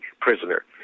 prisoner